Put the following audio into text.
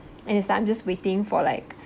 and it's not just waiting for like